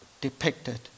depicted